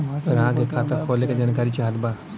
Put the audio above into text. ग्राहक के खाता खोले के जानकारी चाहत बा?